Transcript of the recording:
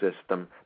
system